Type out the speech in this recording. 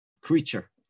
creature